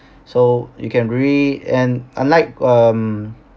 so you can read and unlike um